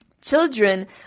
Children